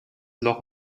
loch